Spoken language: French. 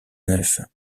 neuf